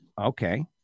Okay